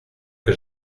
que